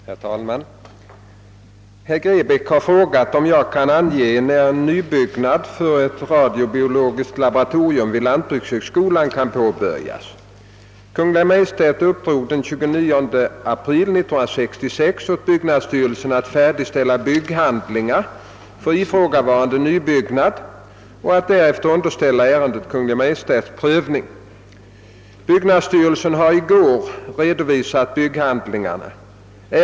Herr talman! Herr Grebäck har frågat, om jag kan ange när en nybyggnad för ett radiobiologiskt laboratorium vid lantbrukshögskolan kan påbörjas. Kungl. Maj:t uppdrog den 29 april 1966 åt byggnadsstyrelsen att färdigställa bygghandlingar för ifrågavarande nybyggnad och att därefter underställa ärendet Kungl. Maj:ts prövning. Byggnadsstyrelsen har i går redovisat bygghandlingarna.